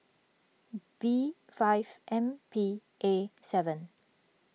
B five M P A seven